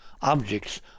objects